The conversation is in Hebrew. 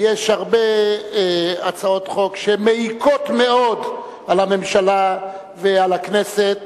ויש הרבה הצעות חוק שמעיקות מאוד על הממשלה ועל הכנסת,